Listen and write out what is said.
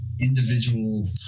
Individual